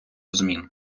змін